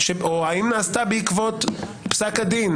חייב רק להשלים דברים.